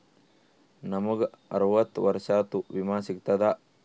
ನಮ್ ಗ ಅರವತ್ತ ವರ್ಷಾತು ವಿಮಾ ಸಿಗ್ತದಾ?